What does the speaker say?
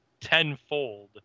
tenfold